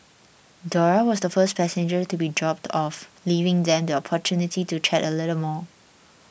Dora was the last passenger to be dropped off leaving them the opportunity to chat a little bit more